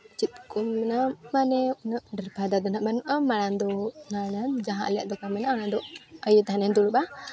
ᱪᱮᱫ ᱠᱚᱧ ᱢᱮᱱᱟ ᱢᱟᱱᱮ ᱩᱱᱟᱹᱜ ᱰᱷᱮᱨ ᱯᱷᱟᱭᱫᱟ ᱫᱚ ᱦᱟᱸᱜ ᱵᱟᱹᱱᱩᱜᱼᱟ ᱢᱟᱲᱟᱝ ᱫᱚ ᱡᱟᱦᱟᱸ ᱟᱞᱮᱭᱟᱜ ᱫᱚᱠᱟᱱᱨᱮ ᱢᱮᱱᱟᱜᱼᱟ ᱚᱱᱟᱫᱚ ᱟᱭᱳ ᱛᱟᱦᱮᱱᱤᱧ ᱫᱩᱲᱩᱵᱽᱼᱟ